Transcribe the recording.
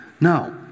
Now